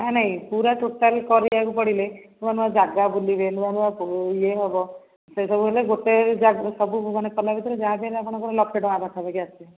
ନାଇ ନାଇ ପୁରା ଟୋଟାଲ୍ କରିବାକୁ ପଡ଼ିଲେ ନୂଆଁ ନୂଆଁ ଜାଗା ବୁଲିବେ ନୂଆଁ ନୂଆଁ ୟେ ହେବ ସେସବୁ ହେଲେ ଗୋଟେ ଯା ସବୁ ମାନେ ସମୟ ଭିତରେ ଯାହା ବି ହେଲେ ଆପଣଙ୍କର ଲକ୍ଷେ ଟଙ୍କା ପାଖାପାଖି ଆସିବ